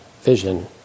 vision